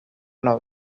know